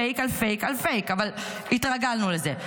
פייק על פייק על פייק, אבל התרגלנו לזה.